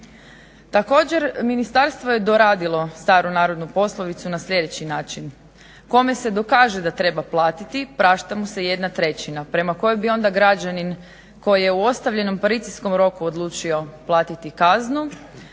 Također ministarstvo je doradilo staru narodnu poslovicu na sljedeći način, kome se dokaže da treba platiti prašta mu se 1/3 prema kojoj bi onda građanin koji je u ostavljenom paricijskom roku odlučio platiti kaznu